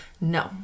No